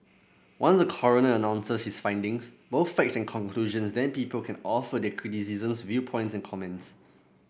once the coroner announces his findings both facts and conclusions then people can offer their criticisms viewpoints comments